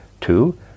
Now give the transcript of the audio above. two